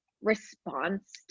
response